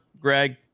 Greg